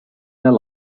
their